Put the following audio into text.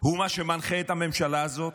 הוא מה שמנחה את הממשלה הזאת?